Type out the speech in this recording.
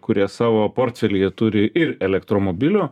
kurie savo portfelyje turi ir elektromobilių